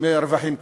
מרווחים כלואים,